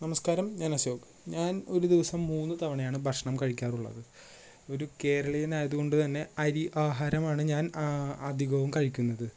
നമസ്കാരം ഞാൻ അശോക് ഞാൻ ഒരു ദിവസം മൂന്ന് തവണയാണ് ഭക്ഷണം കഴിക്കാറുള്ളത് ഒരു കേരളീയനായതുകൊണ്ട് തന്നെ അരി ആഹാരമാണ് ഞാൻ അധികവും കഴിക്കുന്നത്